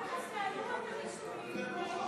למה?